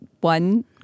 one